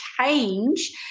change